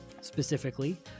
specifically